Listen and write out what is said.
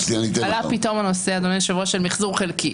עכשיו פתאום עלה הנושא של מחזור חלקי.